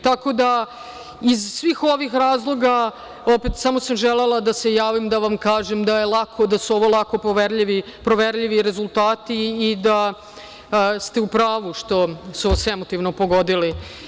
Tako da iz svih ovih razloga, opet samo sam želela da se javim, da vam kažem da je lako, da su ovo lako proverljivi rezultati i da ste u pravu što su vas emotivno pogodili.